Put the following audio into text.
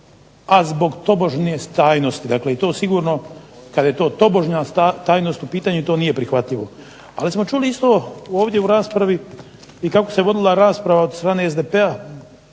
a zbog tobožnje tajnosti. Dakle i to sigurno, kada je to tobožnja tajnost u pitanju to nije prihvatljivo. Ali smo čuli isto ovdje u raspravi i kako se vodila rasprava od strane SDP